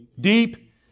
deep